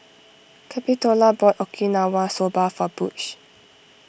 Capitola bought Okinawa Soba for Butch